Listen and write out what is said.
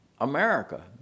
America